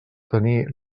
tenir